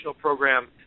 program